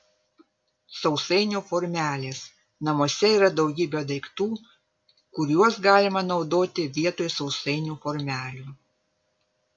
sausainių formelės namuose yra daugybė daiktų kuriuos galima naudoti vietoj sausainių formelių